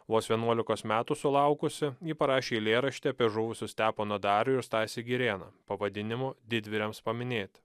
vos vienuolikos metų sulaukusi ji parašė eilėraštį apie žuvusius steponą darių ir stasį girėną pavadinimu didvyriams paminėti